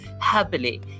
happily